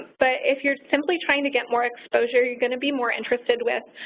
but if you're simply trying to get more exposure, you're going to be more interested with